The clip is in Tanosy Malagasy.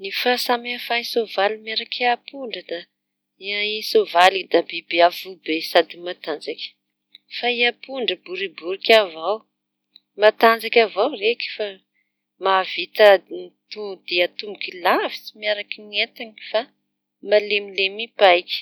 Ny fahasamihafa sôvaly miaraky ampondra da sôvaly da biby avobe sady matanjaky fa i ampondra boriboriky avao matanjaky avao reky fa maha vita di- dia-tongotsy lavitsy miaraky entana fa malemilemy paiky.